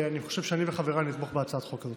אני חושב שאני וחבריי נתמוך בהצעת החוק הזאת.